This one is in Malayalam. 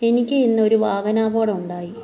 എനിക്ക് ഇന്നൊരു വാഹനാപകടം ഉണ്ടായി